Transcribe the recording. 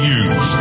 use